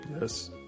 Yes